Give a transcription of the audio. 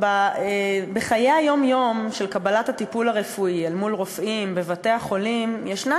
בחיי היום-יום של קבלת הטיפול הרפואי מרופאים בבתי-החולים יש כמה